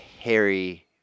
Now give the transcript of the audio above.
hairy